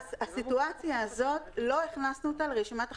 הסיטואציה הזאת, לא הכנסנו אותה לרשימת החריגים.